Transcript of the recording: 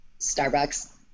Starbucks